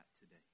today